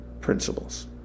principles